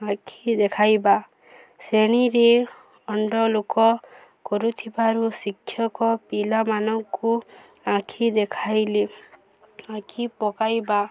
ଆଖି ଦେଖାଇବା ଶ୍ରେଣୀରେ ଅଣ୍ଡ ଲୋକ କରୁଥିବାରୁ ଶିକ୍ଷକ ପିଲାମାନଙ୍କୁ ଆଖି ଦେଖାଇଲେ ଆଖି ପକାଇବା